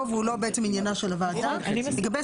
נותן להם